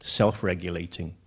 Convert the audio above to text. self-regulating